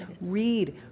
read